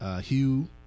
Hugh